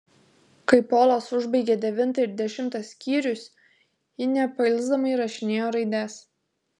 kai polas užbaigė devintą ir dešimtą skyrius ji nepailsdama įrašinėjo raides